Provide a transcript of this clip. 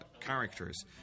characters